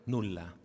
Nulla